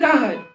God